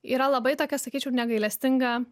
yra labai tokia sakyčiau negailestinga